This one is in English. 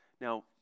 Now